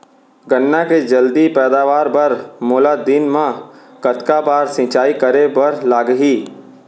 गन्ना के जलदी पैदावार बर, मोला दिन मा कतका बार सिंचाई करे बर लागही?